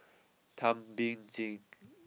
Thum Ping Tjin